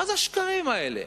מה זה השקרים האלה?